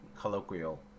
colloquial